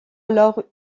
alors